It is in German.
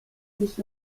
sich